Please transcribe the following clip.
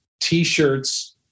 t-shirts